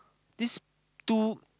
this two